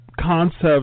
concept